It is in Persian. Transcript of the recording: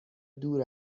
دور